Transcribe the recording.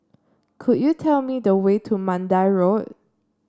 could you tell me the way to Mandai Road